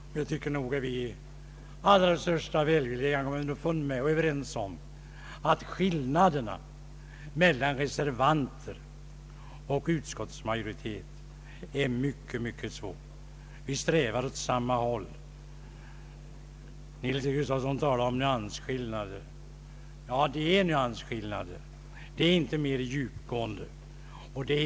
Jag tycker nog att vi i allra största välvilja ändå är överens om att skillnaderna mellan reservanterna och utskottsmajoriteten är mycket små. Vi strävar åt samma håll. Herr Nils-Eric Gustafsson talade om nyansskillnader. Ja, skillnaderna är inte djupgående utan rör just nyanser.